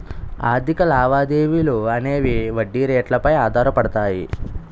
ఆర్థిక లావాదేవీలు అనేవి వడ్డీ రేట్లు పై ఆధారపడతాయి